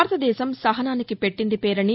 భారత దేశం సహనానికి పెట్టింది పేరని